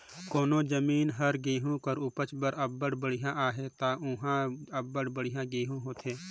कोनो जमीन हर गहूँ कर उपज बर अब्बड़ बड़िहा अहे ता उहां अब्बड़ बढ़ियां गहूँ होथे